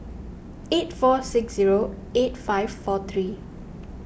eight four six zero eight five four three